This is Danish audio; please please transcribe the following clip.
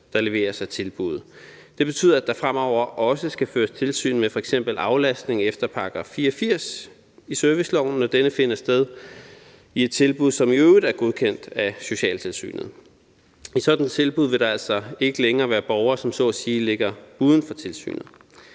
der leveres af tilbuddet. Det betyder, at der fremover også skal føres tilsyn med f.eks. aflastning efter § 84 i serviceloven, når denne finder sted i et tilbud, som i øvrigt er godkendt af socialtilsynet. I sådanne tilbud vil der altså ikke længere være borgere, som så at sige ligger uden for tilsynet.